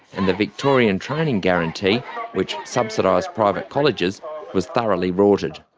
and the victorian training guarantee which subsidised private colleges was thoroughly rorted.